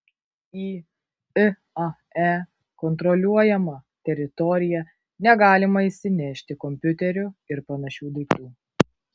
į iae kontroliuojamą teritoriją negalima įsinešti kompiuterių ir panašių daiktų